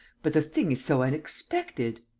but the thing is so unexpected.